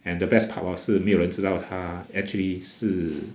and the best part hor 是没有人知道她 actually 是